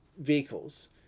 vehicles